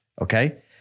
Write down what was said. okay